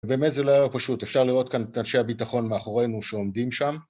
באמת זה לא היה פשוט, אפשר לראות כאן את אנשי הביטחון מאחורינו שעומדים שם.